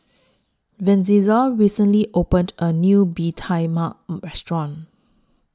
Vincenza recently opened A New Bee Tai Mak Restaurant